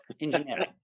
engineering